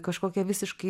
kažkokią visiškai